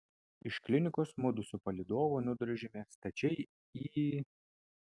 iš klinikos mudu su palydovu nudrožėme stačiai į